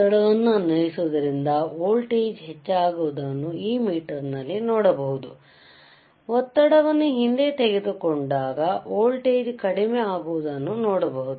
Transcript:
ಒತ್ತಡವನ್ನು ಅನ್ವಯಿಸುವುದರಿಂದ ವೋಲ್ಟೇಜ್ ಹೆಚ್ಚಾಗುವುದನ್ನು ಈ ಮೀಟರ್ ನಲ್ಲಿ ನೋಡಬಹುದು ಒತ್ತಡವನ್ನು ಹಿಂದೆ ತೆಗೆದುಕೊಂಡಾಗ ವೋಲ್ಟೇಜ್ ಕಡಿಮೆ ಆಗುವುದನ್ನು ನೋಡಬಹುದು